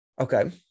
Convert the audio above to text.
okay